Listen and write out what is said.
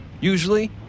usually